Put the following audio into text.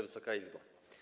Wysoka Izbo!